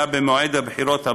אלא במועד הבחירות הבא,